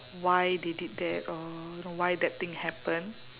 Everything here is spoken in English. why they did that or you know why that thing happen